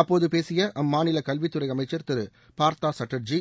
அப்போது பேசிய அம்மாநில கல்வி துறை அமைச்சர் திரு பார்த்தா சாட்டர்ஜி